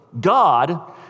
God